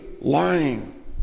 lying